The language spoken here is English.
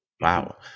Wow